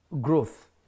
growth